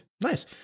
Nice